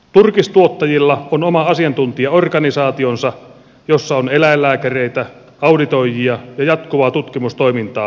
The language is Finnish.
turkistuottajilla on oma asiantuntijaorganisaationsa jossa on eläinlääkäreitä auditoijia ja jatkuvaa tutkimustoimintaa